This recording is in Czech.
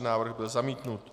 Návrh byl zamítnut.